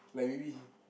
like maybe